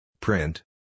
Print